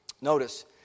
Notice